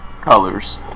Colors